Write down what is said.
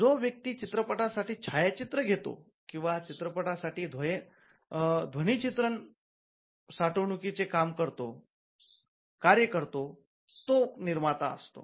जो व्यक्ती चित्रपटासाठी छायाचित्र घेतो किंवा चित्रपटासाठी ध्वनी साठवणुकीचे कार्य करतो तो निर्माता असतो